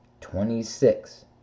twenty-six